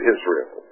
Israel